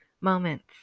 moments